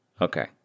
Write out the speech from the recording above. Okay